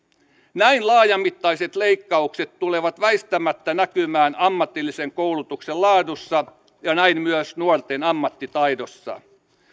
näin laajamittaiset leikkaukset tulevat väistämättä näkymään ammatillisen koulutuksen laadussa ja näin myös nuorten ammattitaidossa